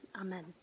Amen